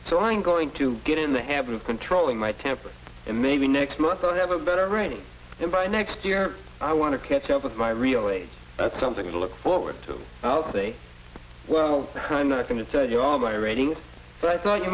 trying going to get in the habit of controlling my temper and maybe next month i'll have a better writing then by next year i want to catch up with my real age that's something to look forward to i'll say well i'm not going to tell you all my writing but i thought you